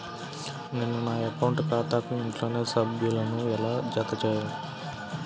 నేను నా అకౌంట్ ఖాతాకు ఇంట్లోని సభ్యులను ఎలా జతచేయాలి?